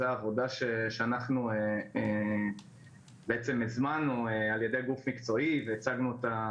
זה העבודה שאנחנו בעצם הזמנו על ידי גוף מקצועי והצגנו אותה